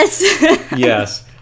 yes